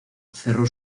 cerró